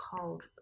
called